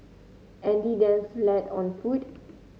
Andy then fled on foot